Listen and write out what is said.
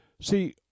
see